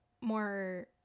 more